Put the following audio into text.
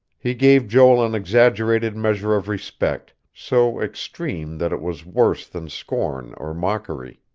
he gave joel an exaggerated measure of respect, so extreme that it was worse than scorn or mockery.